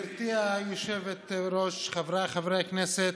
גברתי היושבת-ראש, חבריי חברי הכנסת,